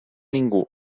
ningú